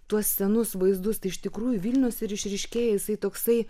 tuos senus vaizdus tai iš tikrųjų vilnius ir išryškėja jisai toksai